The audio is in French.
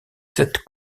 sept